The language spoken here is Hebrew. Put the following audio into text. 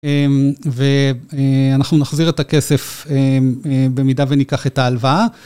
ואנחנו נחזיר את הכסף במידה וניקח את ההלוואה.